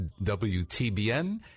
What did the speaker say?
WTBN